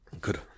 Good